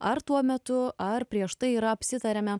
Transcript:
ar tuo metu ar prieš tai yra apsitariame